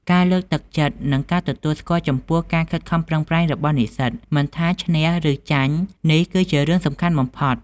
ការលើកទឹកចិត្ត និងការទទួលស្គាល់ចំពោះការខិតខំប្រឹងប្រែងរបស់និស្សិត មិនថាឈ្នះ ឬចាញ់នេះ គឺជារឿងសំខាន់បំផុត។